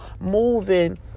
moving